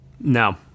No